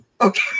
okay